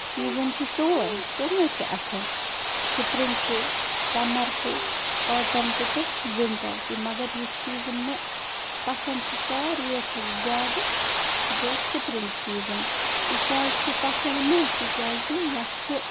season چھِ ژور ژوٚنہٕ وَے چھِ اَصٕل سپرِنٛگ تہِ سَمر تہِ آٹم تہِ تہٕ وِنٹَر تہِ مگر یُس سیٖزَن مےٚ پسنٛد چھِ ساروِیو کھۄتہٕ زیادٕ سُہ گووٚ سِپرِنٛگ سیٖزَن یہِ کیٛازِ چھُ پسنٛد مےٚ تِکیٛازِ یَتھ چھُ